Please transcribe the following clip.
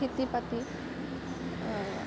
খেতি বাতি